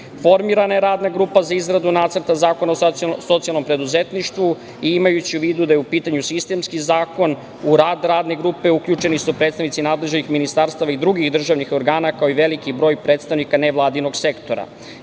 „Formirana je Radna grupa za izradu nacrta zakona o socijalnom preduzetništvu i imajući u vidu da je u pitanju sistemski zakon, u rad Radne grupe uključeni su predstavnici nadležnih ministarstava i drugih državnih organa, kao i veliki broj predstavnika nevladinog sektora.